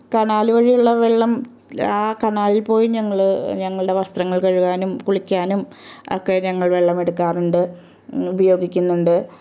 canal വഴിയുള്ള വെള്ളം ആ കനാലിൽ പോയി ഞങ്ങൾ ഞങ്ങളുടെ വസ്ത്രങ്ങൾ കഴ്കാനും കുളിയ്ക്കാനും ഒക്കെ ഞങ്ങൾ വെള്ളമെടുക്കാറുണ്ട് ഉപയോഗിക്കുന്നുണ്ട്